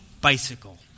bicycle